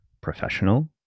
professional